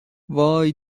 وای